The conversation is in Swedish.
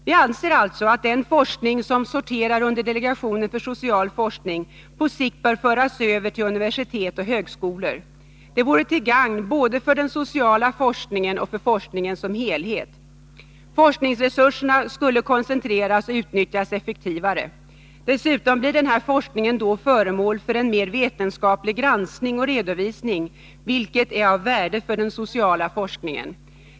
Vi anser alltså att den forskning som sorterar under delegationen för social forskning på sikt bör föras över till universitet och högskolor. Detta vore till gagn både för den sociala forskningen och för forskningen som helhet. Forskningsresurserna skulle därmed koncentreras och utnyttjas effektivare. Dessutom blir denna forskning då föremål för en mer vetenskaplig granskning och redovisning, vilket är av värde för den sociala forskningen.